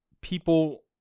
people